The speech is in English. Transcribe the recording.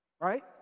Right